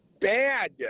bad